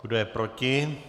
Kdo je proti?